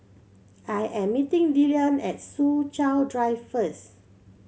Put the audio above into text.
I am meeting Dillion at Soo Chow Drive first